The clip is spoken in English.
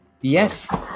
Yes